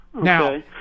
Now